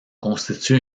constitue